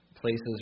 places